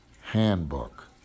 handbook